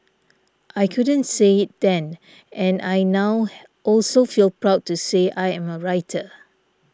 I couldn't say it then and I now also feel proud to say I am a writer